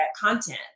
content